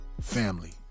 family